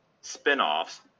spin-offs